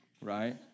right